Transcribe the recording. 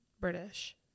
british